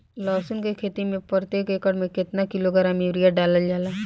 लहसुन के खेती में प्रतेक एकड़ में केतना किलोग्राम यूरिया डालल जाला?